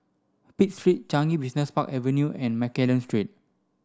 Pitt Street Changi Business Park Avenue and Mccallum Street